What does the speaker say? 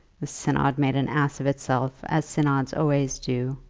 the synod made an ass of itself as synods always do.